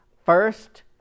First